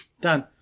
done